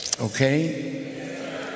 Okay